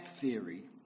theory